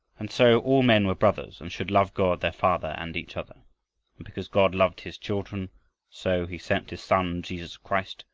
and so all men were brothers, and should love god their father and each other. and because god loved his children so, he sent his son, jesus christ,